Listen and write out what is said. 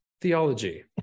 theology